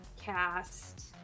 cast